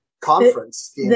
Conference